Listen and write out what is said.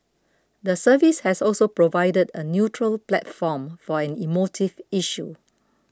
the service has also provided a neutral platform for an emotive issue